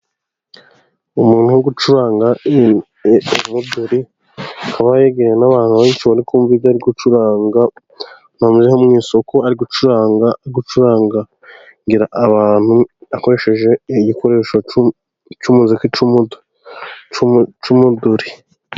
Umuntu uri gucuranga umuduri, akaba yegereye n'abantu benshi bari kumva ibyo ari gucuranga, umuntu uri mu isoko ari gucuranga, gucurangira abantu akoresheje igikoresho cy'umuziki cy'umuduri.